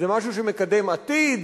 זה משהו שמקדם עתיד?